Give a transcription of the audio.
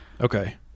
Okay